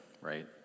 right